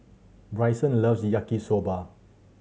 Brycen loves Yaki Soba